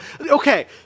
Okay